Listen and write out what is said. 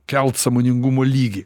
kelt sąmoningumo lygį